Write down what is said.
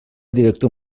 director